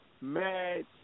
mad